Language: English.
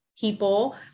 people